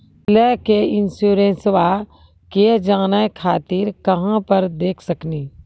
पहले के इंश्योरेंसबा के जाने खातिर कहां पर देख सकनी?